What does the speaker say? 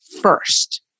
first